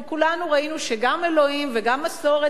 כי כולנו ראינו שגם אלוקים וגם מסורת